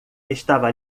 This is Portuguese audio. estava